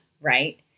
right